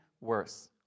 worse